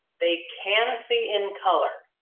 they can see in color,